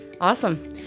Awesome